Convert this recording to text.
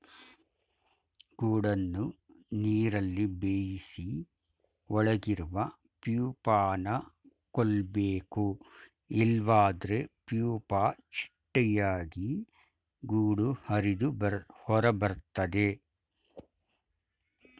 ಗೂಡನ್ನು ನೀರಲ್ಲಿ ಬೇಯಿಸಿ ಒಳಗಿರುವ ಪ್ಯೂಪನ ಕೊಲ್ಬೇಕು ಇಲ್ವಾದ್ರೆ ಪ್ಯೂಪ ಚಿಟ್ಟೆಯಾಗಿ ಗೂಡು ಹರಿದು ಹೊರಬರ್ತದೆ